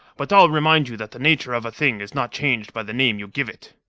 but i'll remind you that the nature of a thing is not changed by the name you give it.